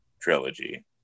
trilogy